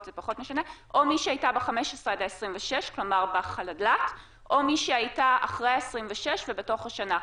מי שהייתה ב-15 עד 26 בחל"ת או מי שהייתה אחרי ה-26 ובתוך השנה,